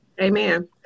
Amen